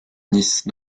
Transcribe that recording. nice